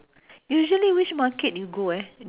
oh just like you just went last month ah